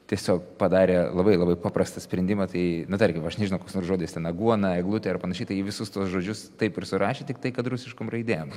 tiesiog padarė labai labai paprastą sprendimą tai nu tarkim aš nežinau koks žodis ten aguona eglutė ir panašiai tai ji visus tuos žodžius taip ir surašė tiktai kad rusiškom raidėm